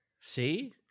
see